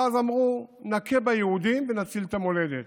ואז אמרו: נכה ביהודים ונציל את המולדת.